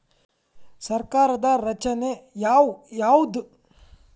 ಸರ್ಕಾರದ ಯೋಜನೆ ಯಾವ್ ಯಾವ್ದ್?